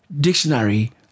dictionary